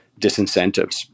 disincentives